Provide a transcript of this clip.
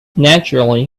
naturally